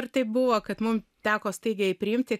ir taip buvo kad mums teko staigiai priimti